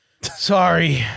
sorry